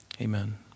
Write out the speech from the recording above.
Amen